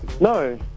No